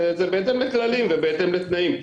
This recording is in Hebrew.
זה בהתאם לכללים ובהתאם לתנאים.